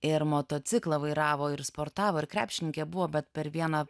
ir motociklą vairavo ir sportavo ir krepšininkė buvo bet per vieną